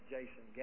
Jason